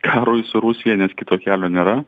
karui su rusija nes kito kelio nėra